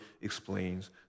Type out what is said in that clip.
explains